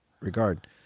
regard